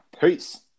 peace